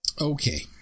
Okay